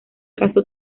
casó